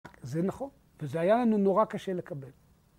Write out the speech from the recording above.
זה נכון, וזה היה לנו נורא קשה לקבל.